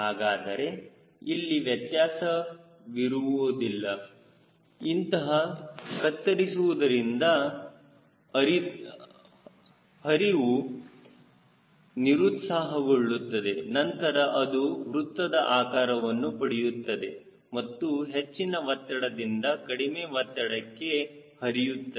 ಹಾಗಾದರೆ ಅಲ್ಲಿ ವ್ಯತ್ಯಾಸವಿರುವುದಿಲ್ಲ ಇದನ್ನು ಕತ್ತರಿಸಿರುವುದರಿಂದ ಅರಿತವು ನಿರುತ್ಸಾಹಗೊಳ್ಳುತ್ತದೆ ನಂತರ ಅದು ವೃತ್ತದ ಆಕಾರವನ್ನು ಪಡೆಯುತ್ತದೆ ಮತ್ತು ಹೆಚ್ಚಿನ ಒತ್ತಡದಿಂದ ಕಡಿಮೆ ಒತ್ತಡಕ್ಕೆ ಹರಿಯುತ್ತದೆ